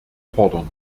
fordern